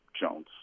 Jones